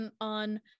on